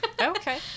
Okay